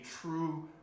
true